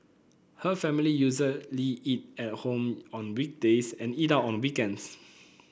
her family usually eat at home on weekdays and eat out on the weekends